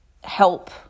help